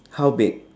how big